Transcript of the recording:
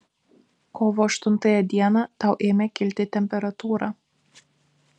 kovo aštuntąją dieną tau ėmė kilti temperatūra